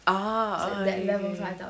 ah ah ookay ookay